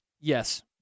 Yes